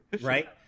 right